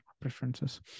preferences